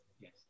yes